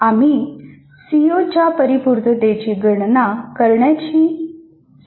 आम्ही सीओ च्या परीपूर्ततेची गणना करण्याशी संबंधित आहोत